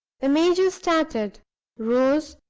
the major started rose,